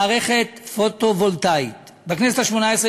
מערכת פוטו-וולטאית: בכנסת השמונה-עשרה,